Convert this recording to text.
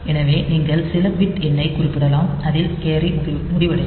எனவே நீங்கள் சில பிட் எண்ணைக் குறிப்பிடலாம் அதில் கேரி முடிவடையும்